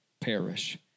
perish